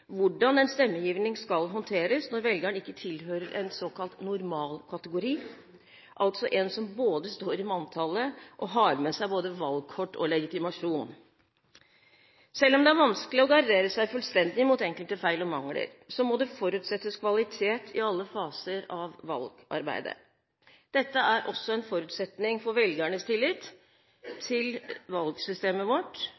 hvordan en stemmegivning skal håndteres når en velger ikke tilhører en såkalt normalkategori, altså en som både står i manntallet og som har med seg både valgkort og legitimasjon. Selv om det er vanskelig å gardere seg fullstendig mot enkelte feil og mangler, må det forutsettes kvalitet i alle faser av valgarbeidet. Dette er også en forutsetning for velgernes tillit